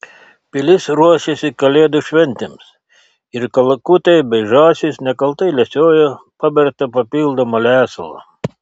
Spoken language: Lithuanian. pilis ruošėsi kalėdų šventėms ir kalakutai bei žąsys nekaltai lesiojo pabertą papildomą lesalą